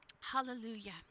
Hallelujah